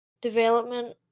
Development